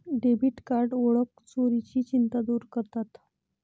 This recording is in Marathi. डेबिट कार्ड ओळख चोरीची चिंता दूर करतात